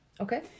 Okay